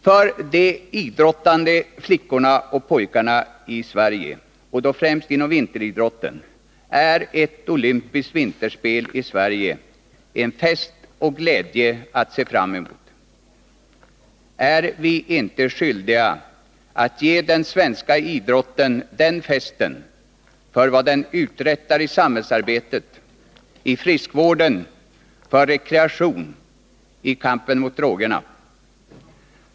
För de idrottande flickorna och pojkarna i Sverige, främst inom vinteridrotten, är ett olympiskt vinterspel i Sverige en fest och glädje att se fram emot. Är vi inte skyldiga att ge den svenska idrotten den festen för vad den uträttar i samhällsarbetet, i friskvården, för rekreationen, i kampen mot droger?